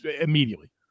immediately